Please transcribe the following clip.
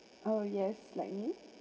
oh yes like me